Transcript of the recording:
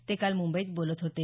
ते काल मुंबईत बोलत होते